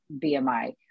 BMI